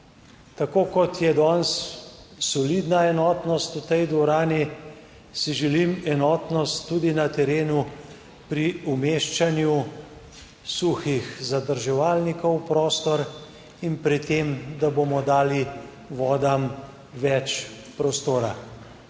Tako, kot je danes solidna enotnost v tej dvorani, si želim enotnost tudi na terenu pri umeščanju suhih zadrževalnikov v prostor in pred tem, da bomo dali vodam več prostora.